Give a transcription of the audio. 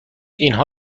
اینها